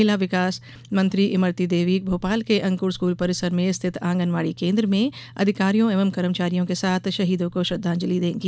महिला बाल विकास मंत्री इमरती देवी भोपाल के अंक्र स्कूल परिसर में स्थित आंगनबाड़ी केंद्र में अधिकारियों एवं कर्मचारियों के साथ शहीदों को श्रद्वांजलि देंगी